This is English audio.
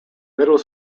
middle